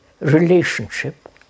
relationship